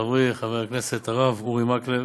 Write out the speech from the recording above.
חברי חבר הכנסת הרב אורי מקלב,